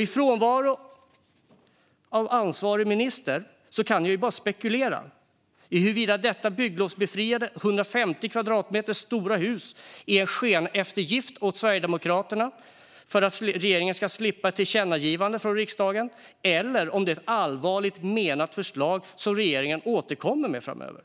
I frånvaro av ansvarig minister kan jag bara spekulera i huruvida detta bygglovsbefriade 150 kvadratmeter stora hus är en skeneftergift åt Sverigedemokraterna för att regeringen ska slippa ett tillkännagivande från riksdagen eller om det är ett allvarligt menat förslag som regeringen ska återkomma med framöver.